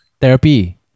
therapy